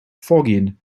vorgehen